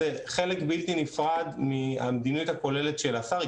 זה חלק בלתי נפרד מהמדיניות הכוללת של השר,